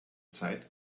zeit